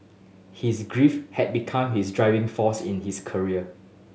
his grief had become his driving force in his career